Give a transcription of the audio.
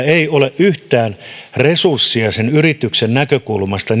ei ole yhtään resursseja sen yrityksen näkökulmasta